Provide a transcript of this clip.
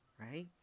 right